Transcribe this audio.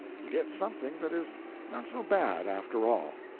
you get something that is not so bad, after all.